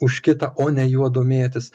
už kitą o ne juo domėtis